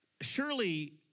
surely